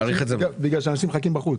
בגלל שאנשים מחכים בחוץ.